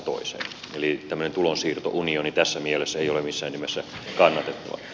eli tämmöinen tulonsiirtounioni tässä mielessä ei ole missään nimessä kannatettava